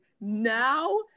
now-